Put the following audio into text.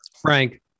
Frank